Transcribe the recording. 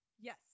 Yes